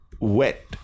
wet